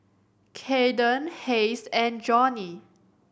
Kaeden Hays and Johny